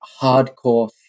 hardcore